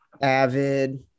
avid